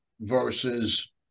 versus